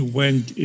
went